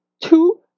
two